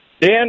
Dan